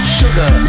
sugar